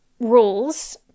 rules